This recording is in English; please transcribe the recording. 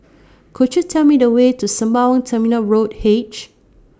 Could YOU Tell Me The Way to Sembawang Terminal Road H